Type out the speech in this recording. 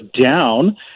down